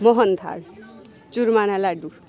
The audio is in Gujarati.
મોહન થાળ ચૂરમાના લાડુ